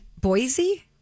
Boise